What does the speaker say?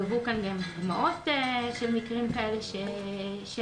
הובאו כאן גם דוגמאות של מקרים כאלה שהיו.